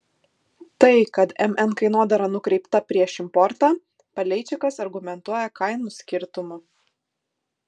tai kad mn kainodara nukreipta prieš importą paleičikas argumentuoja kainų skirtumu